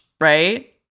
right